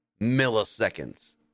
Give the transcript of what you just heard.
milliseconds